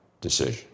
decision